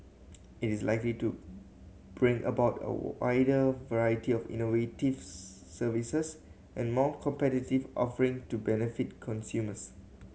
it is likely to bring about a wider variety of innovative's services and more competitive offering to benefit consumers